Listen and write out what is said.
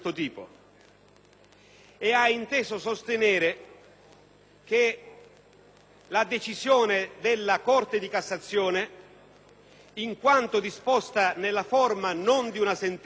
e ha inteso sostenere che la decisione della Corte di cassazione, in quanto disposta nella forma non di una sentenza,